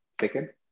second